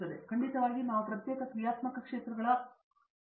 ಖಂಡಿತವಾಗಿಯೂ ನಾವು ಪ್ರತ್ಯೇಕ ಕ್ರಿಯಾತ್ಮಕ ಕ್ಷೇತ್ರಗಳ ಸಂಶೋಧನಾ ವಿಧಾನಗಳನ್ನು ಹೊಂದಿದ್ದೇವೆ